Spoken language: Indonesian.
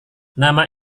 nama